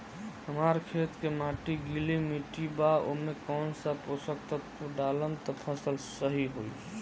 हमार खेत के माटी गीली मिट्टी बा ओमे कौन सा पोशक तत्व डालम त फसल सही होई?